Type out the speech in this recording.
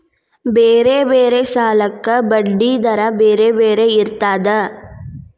ಬೇರೆ ಬೇರೆ ಸಾಲಕ್ಕ ಬಡ್ಡಿ ದರಾ ಬೇರೆ ಬೇರೆ ಇರ್ತದಾ?